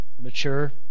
mature